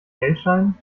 geldscheinen